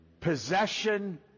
possession